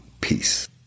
Peace